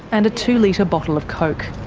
and a two-litre bottle of coke.